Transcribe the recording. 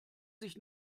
sich